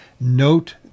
note